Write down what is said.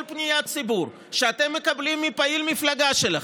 פניית ציבור שאתם מקבלים מפעיל מפלגה שלכם,